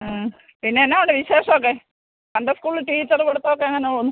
ആ പിന്നെന്നാ ഉണ്ട് വിശേഷമൊക്കെ സൺഡെ സ്കൂള് ടീച്ചറ് പഠിത്തമൊക്കെങ്ങനെ പോവുന്നു